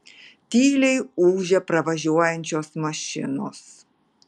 tyliai ūžia pravažiuojančios mašinos